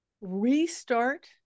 restart